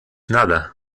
nada